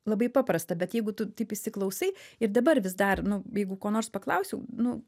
labai paprasta bet jeigu tu taip įsiklausai ir dabar vis dar nu jeigu ko nors paklausiu nu